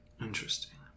Interesting